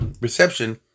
reception